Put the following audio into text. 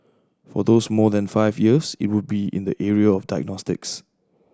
for those more than five years it would be in the area of diagnostics